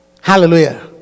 hallelujah